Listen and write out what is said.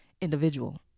individual